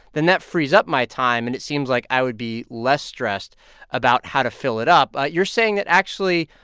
then that frees up my time, and it seems like i would be less stressed about how to fill it up. you're saying that, actually,